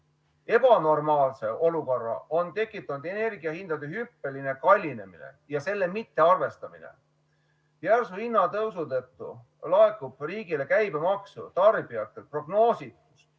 Ebanormaalse olukorra on tekitanud energiahindade hüppeline kallinemine ja selle mittearvestamine. Järsu hinnatõusu tõttu laekub riigile tarbijatelt käibemaksu prognoositust